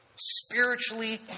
Spiritually